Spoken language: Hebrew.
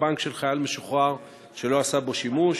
הבנק של חייל משוחרר שלא עשה בו שימוש.